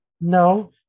no